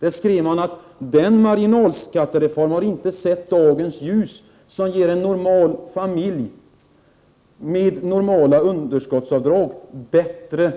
Där skrev man: Den marginalskattereform har inte sett dagens ljus som ger en normal familj med normala underskottsavdrag ett bättre